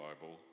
Bible